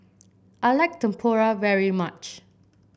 I like Tempura very much